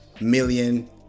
million